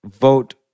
vote